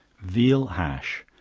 veal hash.